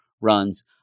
Runs